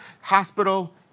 hospital